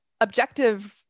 objective